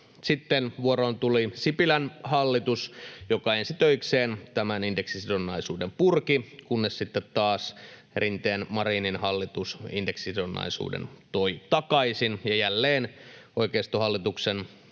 Sitten vuoroon tuli Sipilän hallitus, joka ensi töikseen tämän indeksisidonnaisuuden purki, kunnes sitten taas Rinteen—Marinin hallitus indeksisidonnaisuuden toi takaisin. Jälleen, kun oikeistohallitus